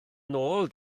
nôl